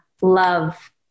love